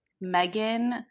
Megan